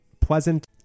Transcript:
pleasant